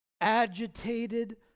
agitated